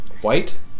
White